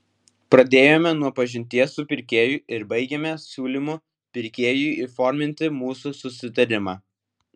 pradėjome nuo pažinties su pirkėju ir baigėme siūlymu pirkėjui įforminti mūsų susitarimą